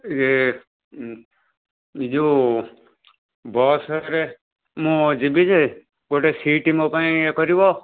ଇ ଯୋଉ ବସରେ ମୁଁ ଯିବି ଯେ ଗୋଟେ ସିଟ୍ ମୋ ପାଇଁ ଇଏ କରିବ